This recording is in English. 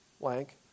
blank